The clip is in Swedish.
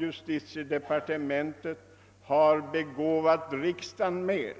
Justitiedepartementet — har begåvat riksdagen med